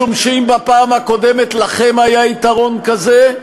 משום שאם בפעם הקודמת לכם היה יתרון כזה,